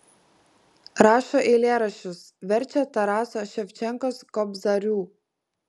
rašo eilėraščius verčia taraso ševčenkos kobzarių